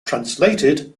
translated